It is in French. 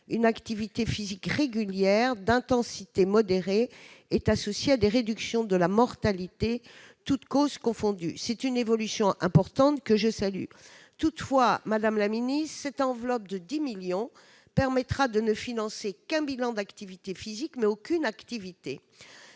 une activité physique régulière d'intensité au moins modérée est associée à des réductions de la mortalité toutes causes confondues ». C'est une évolution importante que je salue. Toutefois, madame la ministre, l'enveloppe de 10 millions d'euros permettra de financer un bilan d'activité physique, mais aucune activité.